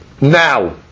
now